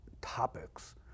topics